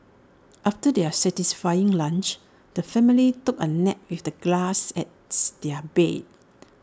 after their satisfying lunch the family took A nap with the grass as their bed